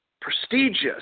prestigious